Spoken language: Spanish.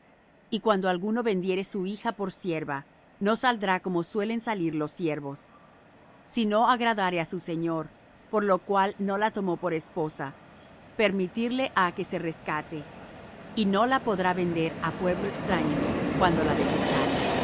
y cuando alguno vendiere su hija por sierva no saldrá como suelen salir los siervos si no agradare á su señor por lo cual no la tomó por esposa permitirle ha que se rescate y no la podrá vender á pueblo extraño cuando la desechare